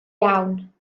iawn